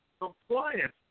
compliance